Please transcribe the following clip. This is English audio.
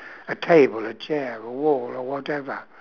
a table a chair a wall or whatever